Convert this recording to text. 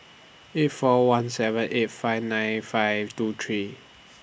eight four one seven eight five nine five two three